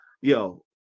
yo